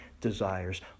desires